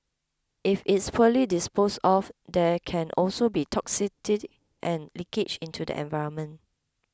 if it's poorly disposed of there can also be toxicity and leakage into the environment